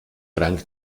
rang